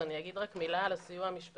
אני רק אגיד מילה על הסיוע המשפטי.